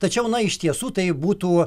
tačiau na iš tiesų tai būtų